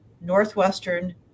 Northwestern